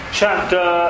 chapter